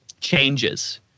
changes